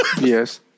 Yes